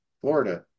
Florida